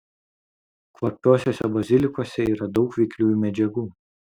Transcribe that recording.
kvapiuosiuose bazilikuose yra daug veikliųjų medžiagų